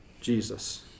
Jesus